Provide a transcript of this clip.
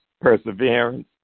perseverance